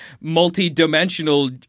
multi-dimensional